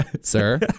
sir